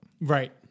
Right